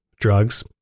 drugs